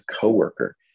coworker